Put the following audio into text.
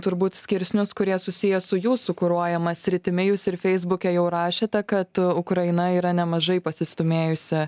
turbūt skirsnius kurie susiję su jūsų kuruojama sritimi jūs ir feisbuke jau rašėte kad ukraina yra nemažai pasistūmėjusi